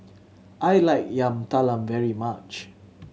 I like Yam Talam very much